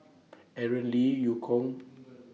Aaron Lee EU Kong